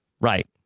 right